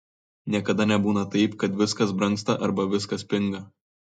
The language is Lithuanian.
niekada nebūna taip kad viskas brangsta arba viskas pinga